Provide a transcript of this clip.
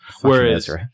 Whereas